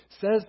says